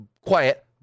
quiet